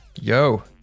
Yo